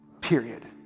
Period